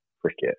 cricket